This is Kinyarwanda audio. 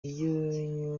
iyo